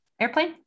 airplane